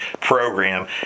program